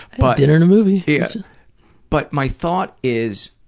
but dinner and a movie. yeah but my thought is,